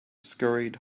scurried